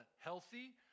healthy